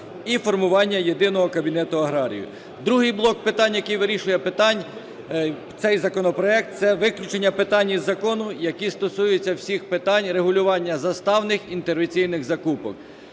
і формування єдиного кабінету аграріїв. Другий блок питань, який вирішує цей законопроект – це виключення питань із закону, які стосуються всіх питань регулювання заставних інтервенційних закупок.